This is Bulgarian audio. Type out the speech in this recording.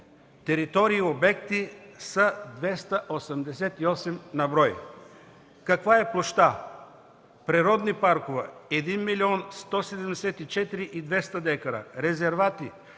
територии и обекти са 288 на брой. Каква е площта? Природни паркове – 1 млн. 174 хил. 200 декара; резервати –